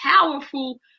powerful